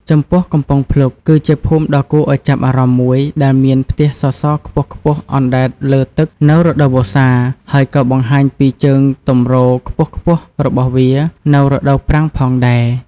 ចំពោះកំពង់ភ្លុក គឺជាភូមិដ៏គួរឱ្យចាប់អារម្មណ៍មួយដែលមានផ្ទះសសរខ្ពស់ៗអណ្ដែតលើទឹកនៅរដូវវស្សា ហើយក៏បង្ហាញពីជើងទម្រខ្ពស់ៗរបស់វានៅរដូវប្រាំងផងដែរ។